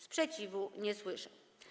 Sprzeciwu nie słyszę.